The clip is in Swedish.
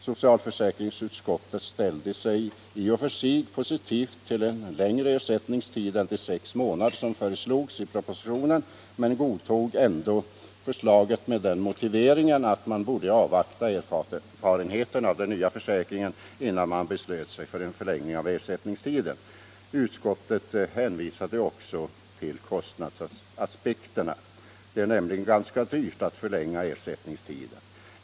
Socialförsäkringsutskottet var i och för sig positivt till en längre ersättningstid än de sex månader som föreslogs i propositionen men godtog propositionens förslag med den motiveringen att man borde avvakta erfarenheterna av den nya försäkringen innan man beslöt sig för en förlängning av ersättningstiden. Utskottet hänvisade också till kostnadsaspekterna. Det är nämligen ganska dyrt att förlänga ersättningstiden.